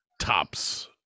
tops